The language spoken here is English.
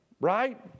Right